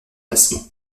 placement